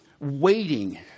waiting